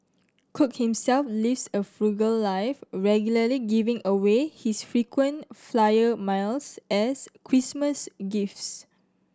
cook himself lives a frugal life regularly giving away his frequent flyer miles as Christmas gifts